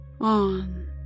on